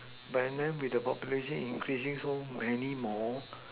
but then with the population increasing so many more